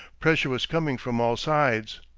pressure was coming from all sides.